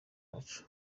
yacu